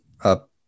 up